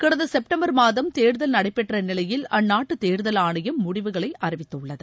கடந்தகெப்டம்பர் மாதம் தேர்தல் நடைபெற்றநிலையில் அந்நாட்டுதேர்தல் முடிவுகளைஅறிவித்துள்ளது